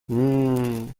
ممم